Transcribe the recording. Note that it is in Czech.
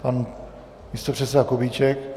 Pan místopředseda Kubíček.